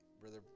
brother